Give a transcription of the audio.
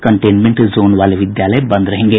containment zone वाले विद्यालय बंद रहेंगे